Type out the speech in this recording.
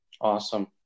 Awesome